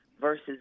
versus